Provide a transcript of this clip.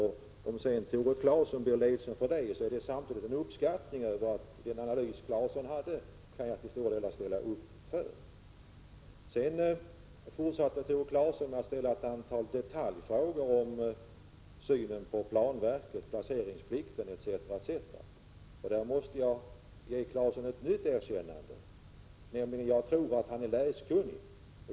Även om Tore Claeson blir ledsen för det vill jag peka på att det samtidigt är uttryck för en uppskattning, dvs. att jag till stor del kan ställa upp för Tore Claesons analys. Tore Claeson fortsatte med att ställa ett stort antal detaljfrågor om synen på planverket, placeringsplikten etc. Där måste jag ge honom ett nytt erkännande, nämligen att jag tror att han är läskunnig.